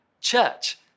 church